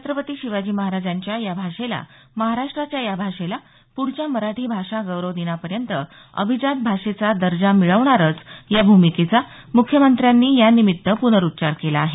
छत्रपती शिवाजी महाराजांच्या या भाषेला महाराष्ट्राच्या या भाषेला पुढच्या मराठी भाषा गौरव दिनापर्यंत अभिजात भाषेचा दर्जा मिळवणारच या भूमिकेचा मुख्यमंत्र्यांनी या निमित्त पुनरुच्चार केला आहे